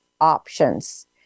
options